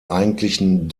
eigentlichen